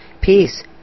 peace